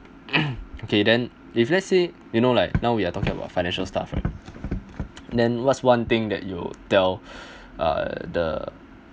okay then if let's say you know like now we are talking about financial stuff right then what's one thing that you tell uh the